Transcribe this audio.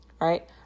right